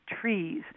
trees